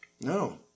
no